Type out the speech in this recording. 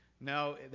No